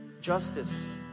Justice